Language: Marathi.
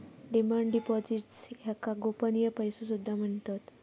डिमांड डिपॉझिट्स याका गोपनीय पैसो सुद्धा म्हणतत